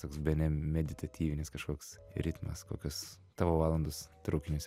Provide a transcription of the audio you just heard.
toks bene meditatyvinis kažkoks ritmas kokios tavo valandos traukiniuose